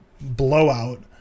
blowout